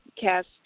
cast